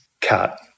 cut